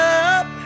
up